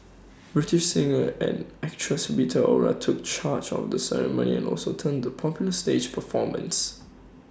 British singer and actress Rita Ora took charge of the ceremony and also turned to popular stage performance